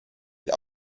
die